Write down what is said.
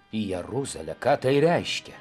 į jeruzalę ką tai reiškia